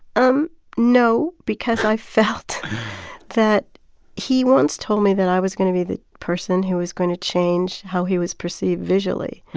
um no because i felt that he once told me that i was going to be the person who was going to change how he was perceived visually.